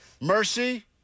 Mercy